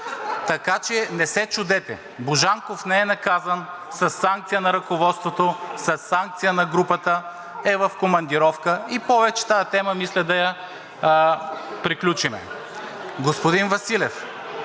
Така че не се чудете! Божанков не е наказан със санкция на ръководството, със санкция на групата е в командировка и повече тази тема мисля да я приключим. (Шум и